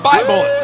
Bible